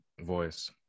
voice